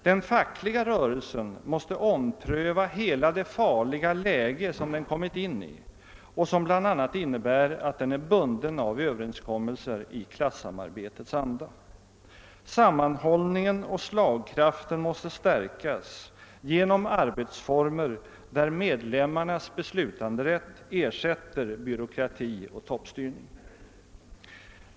Den fackliga rörelsen måste ompröva hela det farliga läge som den kommit in i och som bl.a. innebär att den är bunden av överenskommelser i klasssamarbetets anda. Sammanhållningen och slagkraften måste stärkas genom arbetsformer där medlemmarnas beslutanderätt ersätter byråkrati och toppstyrning.